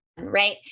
Right